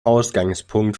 ausgangspunkt